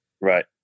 Right